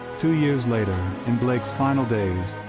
two years later in blake's final days,